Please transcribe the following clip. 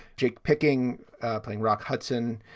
jake, picking up playing rock hudson,